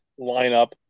lineup